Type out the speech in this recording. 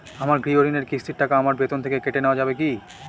আমার গৃহঋণের কিস্তির টাকা আমার বেতন থেকে কেটে নেওয়া যাবে কি?